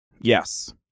Yes